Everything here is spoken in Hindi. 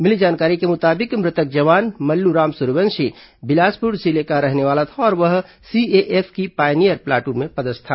मिली जानकारी के मुताबिक मृतक जवान मल्लूराम सूर्यवंशी बिलासपुर का रहने वाला था और वह सीएएफ की पाइनियर प्लाटून में पदस्थ था